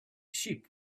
sheep